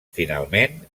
finalment